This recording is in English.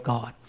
God